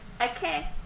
Okay